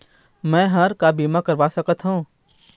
मैं हर का बीमा करवा सकत हो?